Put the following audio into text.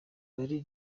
bari